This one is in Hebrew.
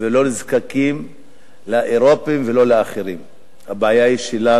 אנחנו זקוקים למה שאנחנו